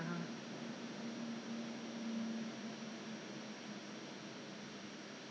so anyway only 只有几个孩子跟几个几个学生跟几个老师 err